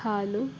ಹಾಲು